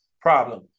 problem